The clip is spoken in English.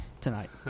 tonight